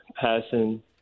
passing